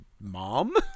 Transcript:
Mom